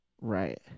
Right